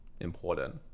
important